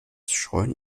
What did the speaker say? scheuen